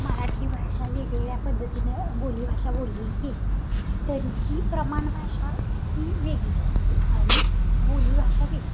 मराठी भाषा वेगवेगळ्या पद्धतीनं बोलीभाषा बोलली गेली तरी ही प्रमाण भाषा ही वेगळी असते आणि बोलीभाषा वेगळी